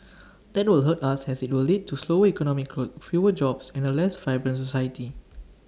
that will hurt us as IT will lead to slower economic growth fewer jobs and A less vibrant society